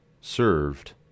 served